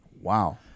wow